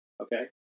Okay